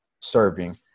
serving